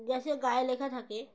গ্যাসের গায়ে লেখা থাকে